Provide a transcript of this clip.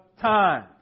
time